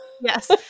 Yes